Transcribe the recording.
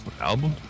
album